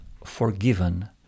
forgiven